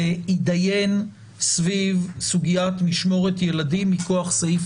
להתדיין סביב סוגיית משמורת ילדים מכוח סעיף